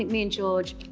me and george,